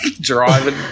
driving